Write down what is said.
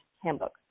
Handbook